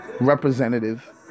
representative